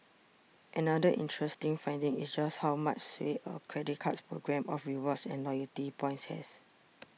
another interesting finding is just how much sway a credit card's programme of rewards and loyalty points has